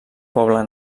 poble